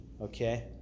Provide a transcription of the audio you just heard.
Okay